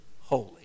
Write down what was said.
holy